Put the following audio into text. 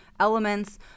elements